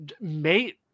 mate